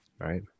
Right